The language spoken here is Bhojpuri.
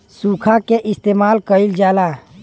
सुखा के इस्तेमाल कइल जाला